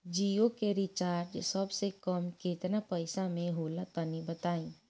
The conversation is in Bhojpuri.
जियो के रिचार्ज सबसे कम केतना पईसा म होला तनि बताई?